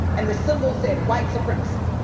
and the symbol said, white supremacy.